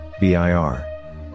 BIR